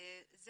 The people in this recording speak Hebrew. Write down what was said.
זה